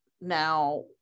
now